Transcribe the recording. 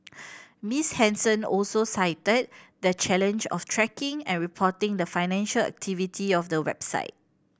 Miss Henson also cited the challenge of tracking and reporting the financial activity of the website